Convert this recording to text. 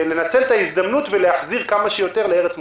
לנצל את ההזדמנות להחזיר כמה שיותר לארץ מוצאם.